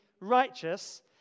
righteous